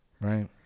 Right